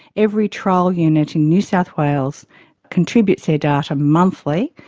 every trial unit in new south wales contributes their data monthly.